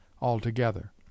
altogether